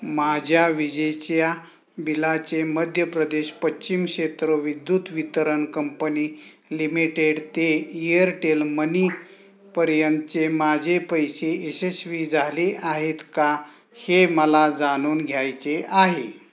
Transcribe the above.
माझ्या विजेच्या बिलाचे मध्य प्रदेश पश्चिम क्षेत्र विद्युत वितरण कंपनी लिमिटेड ते ईअरटेल मनी पर्यंत माझे पैसे यशस्वी झाले आहेत का हे मला जाणून घ्यायचे आहे